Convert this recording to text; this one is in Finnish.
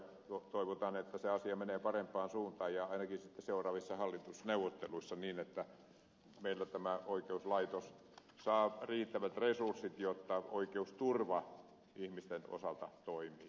toivotaan että se asia menee parempaan suuntaan ainakin seuraavissa hallitusneuvotteluissa niin että meillä tämä oikeuslaitos saa riittävät resurssit jotta oikeusturva ihmisten osalta toimii